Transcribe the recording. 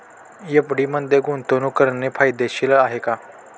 FD मध्ये गुंतवणूक करणे फायदेशीर आहे का?